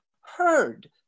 heard